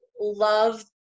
love